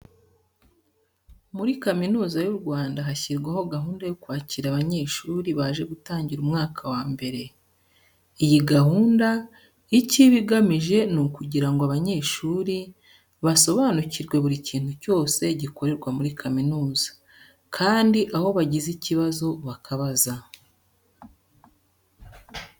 Muri Kaminuza y'u Rwanda hashyirwaho gahunda yo kwakira abanyeshuri baje gutangira umwaka wa mbere. Iyi gahunda icyo iba igamije, ni ukugira ngo aba banyeshuri basobanukirwe buri kintu cyose gikorerwa muri kaminuza, kandi aho bagize ikibazo bakabaza.